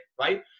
right